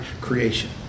creation